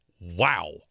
Wow